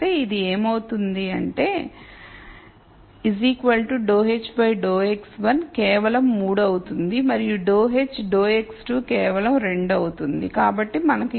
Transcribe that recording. ఇది ఏమవుతుందంటే ∂h ∂x1 కేవలం 3 అవుతుంది మరియు ∂h ∂x2 కేవలం 2 అవుతుంది కాబట్టి మనకు ఇది ఉంటుంది